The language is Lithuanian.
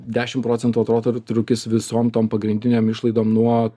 dešim procentų atotrūkis visom tom pagrindinėm išlaidom nuo